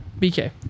BK